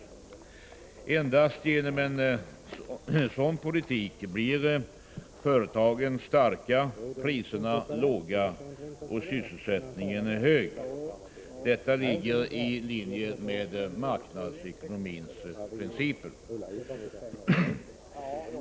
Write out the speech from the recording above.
Endast genom en sådan politik blir företagen starka, priserna låga och sysselsättningen hög. Detta ligger i linje med marknadsekonomins principer.